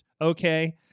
Okay